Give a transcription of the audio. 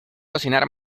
cocinar